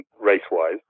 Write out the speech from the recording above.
race-wise